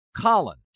Colin